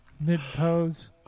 mid-pose